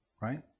right